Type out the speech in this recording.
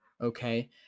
okay